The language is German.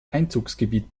einzugsgebiet